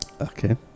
Okay